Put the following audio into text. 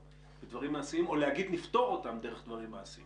דרך דברים מעשיים או לפתור אותם דרך דברים מעשיים